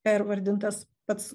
pervardintas pats